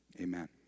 Amen